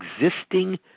existing